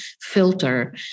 filter